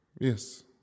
Yes